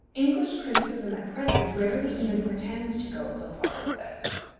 english criticism at present rarely even pretends to go so far as this.